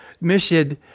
mission